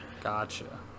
gotcha